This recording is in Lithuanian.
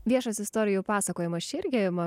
viešas istorijų pasakojimas čia irgi na